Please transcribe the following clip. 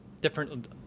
different